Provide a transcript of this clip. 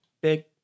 Big